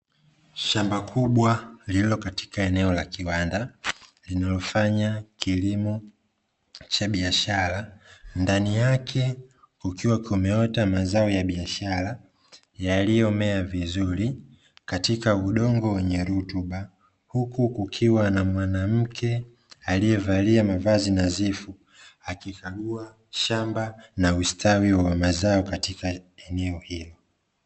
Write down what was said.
Shamba kubwa lililo katika eneo la kiwanda, linalofanya kilimo cha biashara, ndani yake kukiwa kumeota mazao ya biashara yaliyomea vizuri katika udongo wenye rutuba, huku kukiwa na mwanamke aliyevalia mavazi nadhifu akikagua shamba na usitawi wa mazao katika eneo hilo.